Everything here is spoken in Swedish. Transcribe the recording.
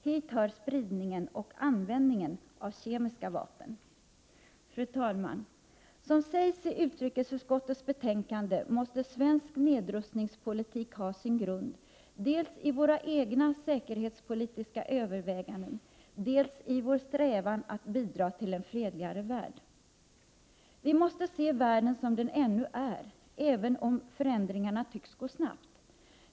Hit hör spridningen och användningen av kemiska vapen. Fru talman! Som sägs i utrikesutskottets betänkande måste svensk nedrustningspolitik ha sin grund dels i våra egna säkerhetspolitiska överväganden, dels i vår strävan att bidra till en fredligare värld. Vi måste se världen som den ännu är, även om förändringarna tycks gå snabbt.